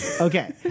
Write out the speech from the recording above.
Okay